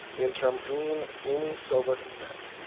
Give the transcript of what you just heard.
interim dean amy silva-smith.